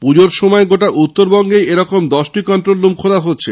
পুজোর সময় গোটা উত্তরবঙ্গে এই রকম দশটি কন্ট্রোল রুম খোলা হচ্ছে